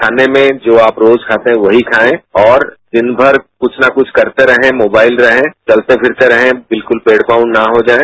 खाने में जो आप रोज खाते थे वहीं खायें और दिन भर बुछ न कुछ करते रहें मोबाइल रहें चलते फ़िरते रहे बिल्कुल बेड बाउंड न हो जायें